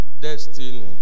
Destiny